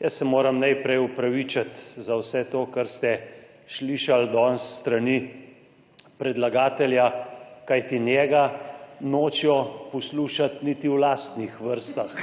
jaz se moram najprej opravičiti za vse to, kar ste slišali danes s strani predlagatelja, kajti njega nočejo poslušati niti v lastnih vrstah.